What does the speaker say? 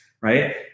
right